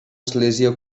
església